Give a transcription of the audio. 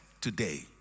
today